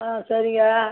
ஆ சரிங்க